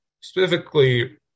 specifically